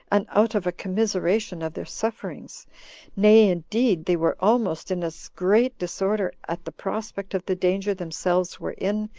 and out of a commiseration of their sufferings nay, indeed, they were almost in as great disorder at the prospect of the danger themselves were in,